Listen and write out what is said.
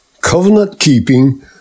covenant-keeping